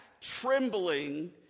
trembling